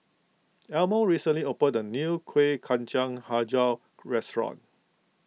Elmo recently opened the new Kuih Kacang HiJau restaurant